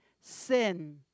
sin